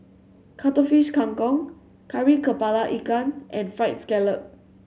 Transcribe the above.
Cuttlefish Kang Kong Kari Kepala Ikan and Fried Scallop